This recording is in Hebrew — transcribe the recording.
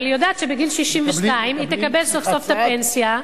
אבל היא יודעת שבגיל 62 היא תקבל סוף-סוף את הפנסיה.